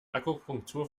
akupunktur